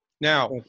Now